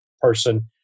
person